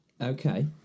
Okay